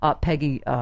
Peggy